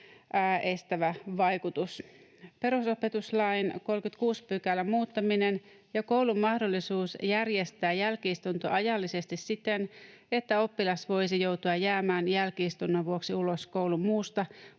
estävä vaikutus. Perusopetuslain 36 §:n muuttaminen ja koulun mahdollisuus järjestää jälki-istunto ajallisesti siten, että oppilas voisi joutua jäämään jälki-istunnon vuoksi ulos koulun muusta,